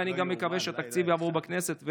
ואני מקווה שהתקציב יעבור גם בכנסת,